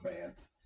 fans